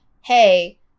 Hey